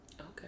Okay